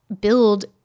build